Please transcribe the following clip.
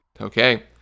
Okay